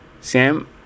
Sam